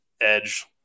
edge